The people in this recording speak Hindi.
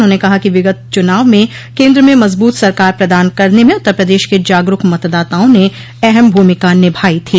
उन्होंन कहा कि विगत चुनाव में केन्द्र में मज़बूत सरकार प्रदान करने में उत्तर प्रदेश के जागरूक मतदाताओं ने अहम भूमिका निभाई थी